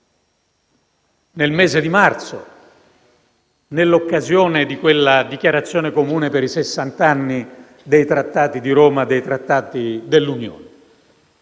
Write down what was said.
nel mese di marzo, nell'occasione di quella dichiarazione comune per i sessant'anni dei Trattati di Roma, dei Trattati dell'Unione.